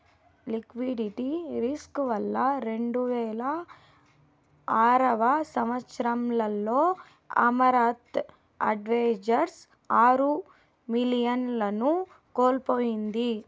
liquidity risk వల్ల రెండువేల ఆరవ సంవచ్చరంలో అమరత్ అడ్వైజర్స్ ఆరు మిలియన్లను కోల్పోయింది